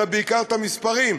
אלא בעיקר את המספרים.